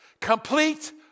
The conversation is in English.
complete